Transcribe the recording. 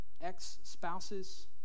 ex-spouses